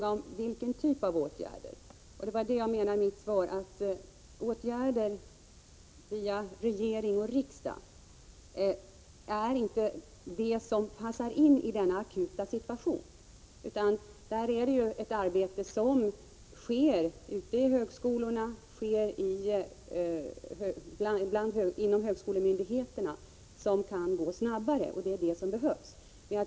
Vad jag ville säga i mitt interpellationssvar var att det inte är åtgärder från regering och riksdag som behövs i den här akuta situationen, utan det viktiga är det arbete som pågår inom högskolorna och högskolemyndigheterna och som snabbare kan leda till resultat.